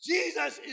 Jesus